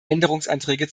änderungsanträge